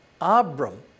Abram